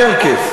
יותר כיף.